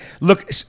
look